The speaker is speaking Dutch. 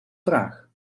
vraag